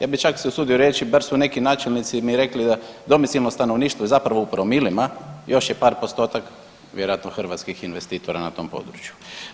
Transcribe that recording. Ja bi čak usudio se reći, bar su neki načelnici mi rekli da domicilno stanovništvo zapravo u promilima još je par postotak vjerojatno hrvatskih investitora na tom području.